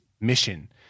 mission